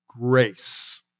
Grace